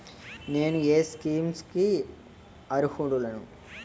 నేను ఏ స్కీమ్స్ కి అరుహులను?